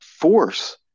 force